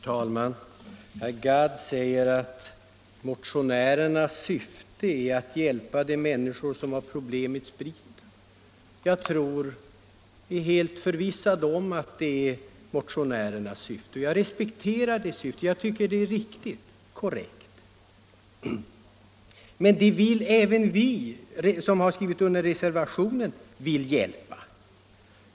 Herr talman! Herr Gadd säger att motionärernas syfte är att hjälpa de människor som har problem med spriten. Jag är helt förvissad om att det är motionärernas syfte, och jag respekterar det syftet — jag tycker det är korrekt. Men även vi som avgivit reservationen vill hjälpa.